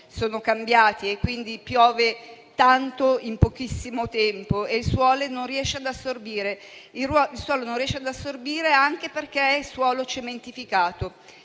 sono cambiati e quindi, piove tanto in pochissimo tempo e il suolo non riesce ad assorbire, anche perché è cementificato.